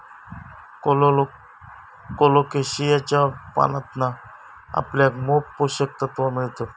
कोलोकेशियाच्या पानांतना आपल्याक मोप पोषक तत्त्वा मिळतत